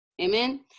Amen